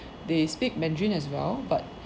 they speak mandarin as well but